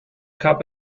cup